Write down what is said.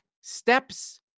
steps